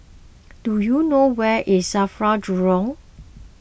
do you know where is Safra Jurong